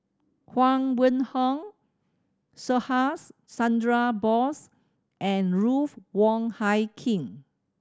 Huang Wenhong Subhas Chandra Bose and Ruth Wong Hie King